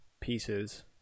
pieces